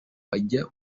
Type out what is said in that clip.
bajya